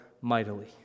mightily